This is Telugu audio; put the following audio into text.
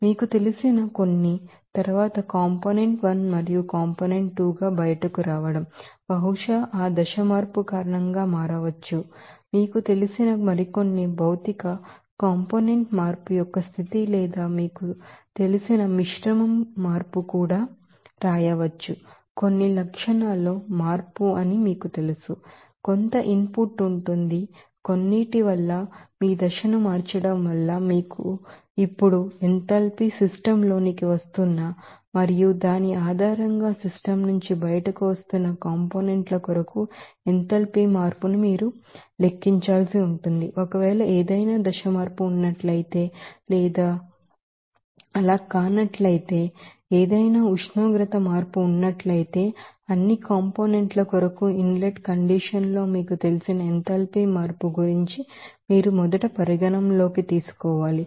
మీకు తెలిసిన కొన్ని తరువాత ఒక కాంపోనెంట్ 1 మరియు 2 గా బయటకు రావడం బహుశా ఆ దశ మార్పు కారణంగా మారవచ్చు బహుశా మీకు తెలిసిన మీకు తెలిసిన మరికొన్ని భౌతిక ఆ కాంపోనెంట్ మార్పు యొక్క స్థితి లేదా మీకు తెలుసు మిశ్రమం మార్పు కూడా మీకు తెలుసు కొన్ని లక్షణాల మార్పు అని మీకు తెలుసు కొంత ఇన్ పుట్ ఉంటుంది కొన్నిOటి వల్ల మీ దశను మార్చడం వల్ల మీకు తెలుసా ఇప్పుడు ఎంథాల్పీ సిస్టమ్ లోనికి వస్తున్న మరియు దాని ఆధారంగా సిస్టమ్ నుంచి బయటకు వస్తున్న కాంపోనెంట్ ల కొరకు ఎంథాల్పీ మార్పును మీరు లెక్కించాల్సి ఉంటుంది ఒకవేళ ఏదైనా దశ మార్పు ఉన్నట్లయితే లేదా అలా కానట్లయితే ఏదైనా ఉష్ణోగ్రత మార్పు ఉన్నట్లయితే అన్ని కాంపోనెంట్ ల కొరకు ఇన్ లెట్ కండిషన్ లో మీకు తెలిసిన ఎంథాల్పీ మార్పు గురించి మీరు మొదట పరిగణనలోకి తీసుకోవాలి